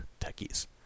Techies